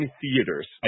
theaters